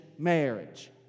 marriage